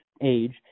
age